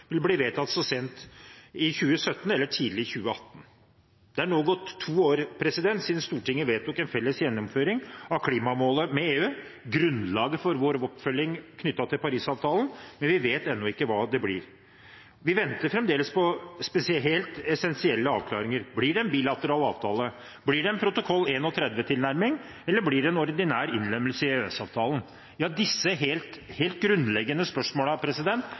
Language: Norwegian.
vil bli vedtatt sent i 2017 eller tidlig i 2018. Det er nå gått to år siden Stortinget vedtok en felles gjennomføring av klimamålet med EU, grunnlaget for vår oppfølging knyttet til Paris-avtalen, men vi vet ennå ikke hva det blir. Vi venter fremdeles på helt essensielle avklaringer: Blir det en bilateral avtale? Blir det en protokoll 31-tilnærming? Eller blir det en ordinær innlemmelse i EØS-avtalen? Disse helt grunnleggende